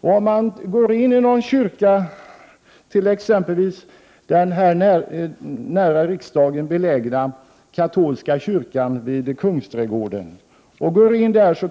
Om man går in i en kyrka, t.ex. den nära riksdagen belägna katolska kyrkan vid Kungsträdgården,